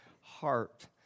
heart